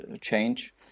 change